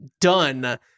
done